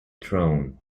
throne